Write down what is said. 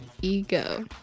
ego